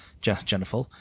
Jennifer